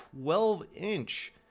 12-inch